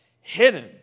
Hidden